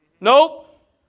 Nope